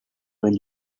when